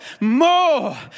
more